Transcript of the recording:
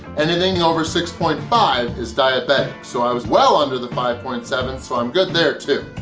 anything over six point five is diabetic, so i was well under the five point seven so i'm good there too.